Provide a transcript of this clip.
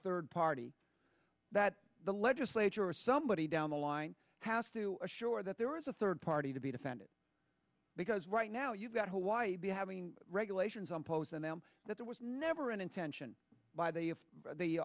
third party that the legislature or somebody down the line has to assure that there is a third party to be defended because right now you've got hawaii be having regulations on pows and them that there was never an intention by the